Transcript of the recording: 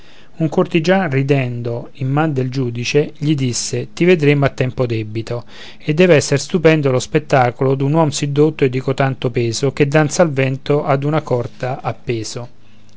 un cortigian ridendo in man del giudice gli disse ti vedremo a tempo debito e dev'esser stupendo lo spettacolo d'un uom sì dotto e di cotanto peso che danza al vento ad una corda appeso